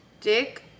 Dick